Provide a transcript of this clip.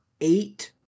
eight